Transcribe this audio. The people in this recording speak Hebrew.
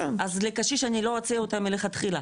אז לקשיש אני לא אציע אותה מלכתחילה.